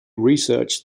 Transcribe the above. researched